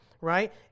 right